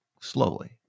slowly